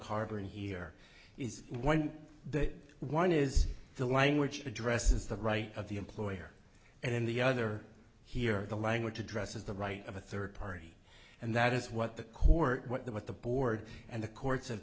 harbor and here is one that one is the language the dress is the right of the employer and in the other here the language addresses the right of a third party and that is what the court what the what the board and the courts have